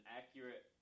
accurate